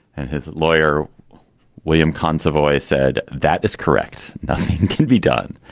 and his lawyer william kohn savoy said that is correct. nothing can be done.